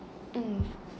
mm